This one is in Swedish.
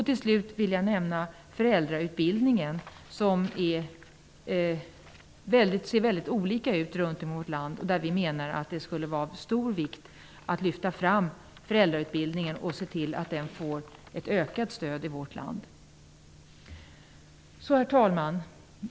Till slut vill jag nämna föräldrautbildningen, som ser väldigt olika ut på olika platser runt om i vårt land. Vi menar att det skulle vara av stor vikt att lyfta fram föräldrautbildningen och se till att den får ett ökat stöd. Herr talman!